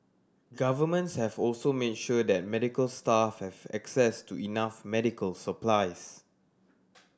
governments have also made sure that medical staff have access to enough medical supplies